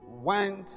went